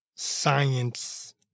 science